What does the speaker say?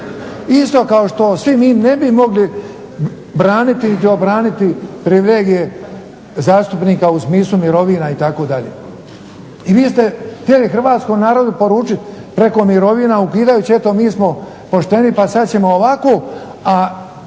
isto kao što svi mi ne bi mogli braniti ili obraniti privilegije zastupnika u smislu mirovina itd. I vi ste htjeli hrvatskom narodu poručiti preko mirovina ukidajući eto, mi smo pošteni pa sad ćemo ovako, a